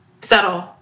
settle